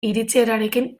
iritsierarekin